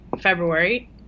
February